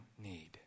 need